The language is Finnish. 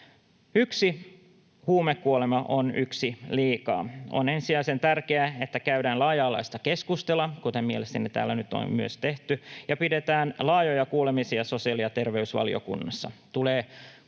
Yksi huumekuolema on yksi liikaa. On ensisijaisen tärkeää, että käydään laaja-alaista keskustelua, kuten mielestäni täällä nyt on myös tehty, ja pidetään laajoja kuulemisia sosiaali- ja terveysvaliokunnassa. Tulee